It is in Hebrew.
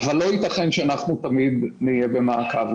אבל לא ייתכן שתמיד נהיה במעקב.